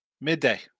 Midday